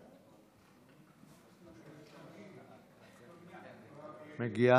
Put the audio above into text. מגיעה.